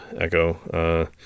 Echo